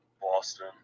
Boston